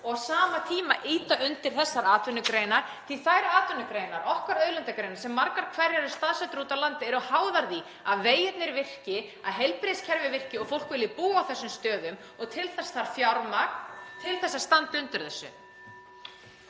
og á sama tíma ýta undir þessar atvinnugreinar. Þessar atvinnugreinar, okkar auðlindagreinar, sem margar hverjar eru staðsettar úti á landi, (Forseti hringir.) eru háðar því að vegirnir virki, að heilbrigðiskerfið virki og fólk vilji búa á þessum stöðum og til þess þarf fjármagn til að standa undir þessu.